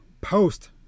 post